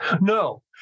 No